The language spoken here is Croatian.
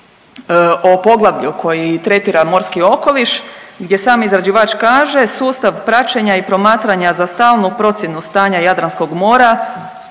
o poglavlju koji tretira morski okoliš gdje sam izrađivač kaže sustav praćenja i promatranja za stalnu procjenu stanja Jadranskog mora